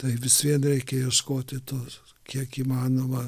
tai vis vien reikia ieškoti tos kiek įmanoma